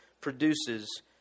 produces